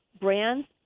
brands